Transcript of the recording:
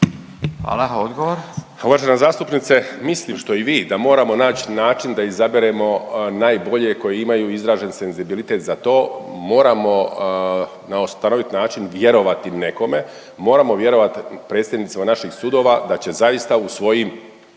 Juro** Uvažena zastupnice, mislim što i vi da moramo naći način da izaberemo najbolje koje imaju izražen senzibilitet za to. Moramo na stanovit način vjerovati nekom, moramo vjerovati predsjednicima naših sudova da će zaista u svojim